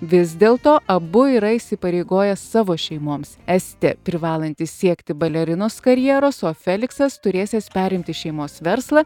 vis dėl to abu yra įsipareigoję savo šeimoms estė privalanti siekti balerinos karjeros o feliksas turėsiąs perimti šeimos verslą